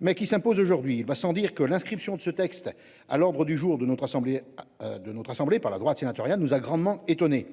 mais qui s'impose aujourd'hui. Il va sans dire que l'inscription de ce texte à l'ordre du jour de notre assemblée. De notre assemblée par la droite sénatoriale nous a grandement étonné